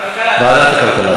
ועדת הכלכלה.